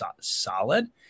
solid